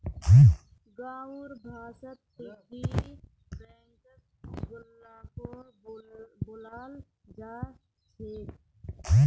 गाँउर भाषात पिग्गी बैंकक गुल्लको बोलाल जा छेक